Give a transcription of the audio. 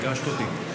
ריגשת אותי.